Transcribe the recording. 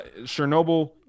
Chernobyl